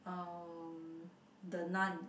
uh the Nun